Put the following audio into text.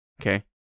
Okay